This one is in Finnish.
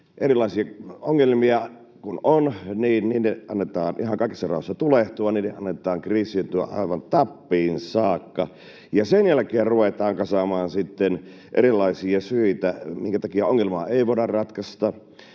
erilaisia ongelmia kun on, niin niiden annetaan ihan kaikessa rauhassa tulehtua, niiden annetaan kriisiytyä aivan tappiin saakka, ja sen jälkeen ruvetaan sitten kasaamaan erilaisia syitä, minkä takia ongelmaa ei voida ratkaista,